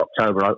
October